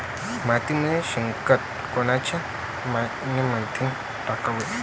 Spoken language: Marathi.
मातीमंदी शेणखत कोनच्या मइन्यामंधी टाकाव?